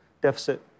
deficit